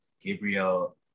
gabriel